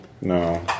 No